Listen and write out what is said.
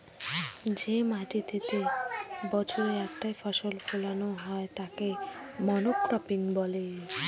যে মাটিতেতে বছরে একটাই ফসল ফোলানো হয় তাকে মনোক্রপিং বলে